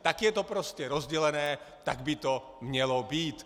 Tak je to prostě rozdělené, tak by to mělo být.